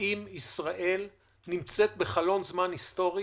האם ישראל נמצאת בחלון זמן היסטורי,